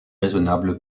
raisonnable